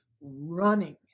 running